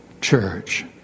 church